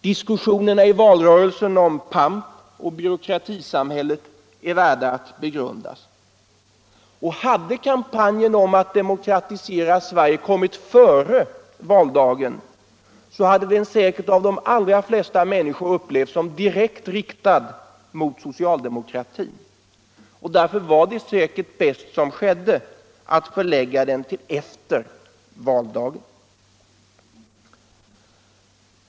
Diskussionerna i valrörelsen om pampoch byråkratisamhället är värda att begrunda. Hade kampanjen om att demokratisera Sverige kommit före valdagen, så hade den säkert av de allra flesta upplevts som direkt riktad mot socialdemokratin. Därför var det säkert bäst som skedde, att man förlade den till efter valdagen.